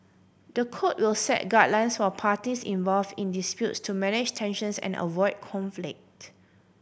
the code will set guidelines for parties involved in disputes to manage tensions and avoid conflict